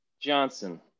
Johnson